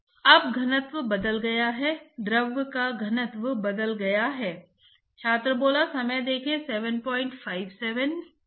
तो Ts और Tinfinity हमारी मापनीय मात्रा है और हम मान सकते हैं कि वे स्थिरांक हैं और kf द्रव की एक आंतरिक कंडक्टिविटी है